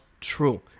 true